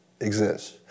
exists